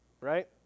right